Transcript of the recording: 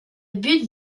but